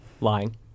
Lying